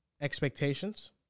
expectations